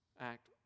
act